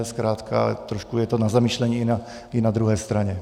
Zkrátka trošku je to na zamyšlení i na druhé straně.